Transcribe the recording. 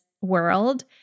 world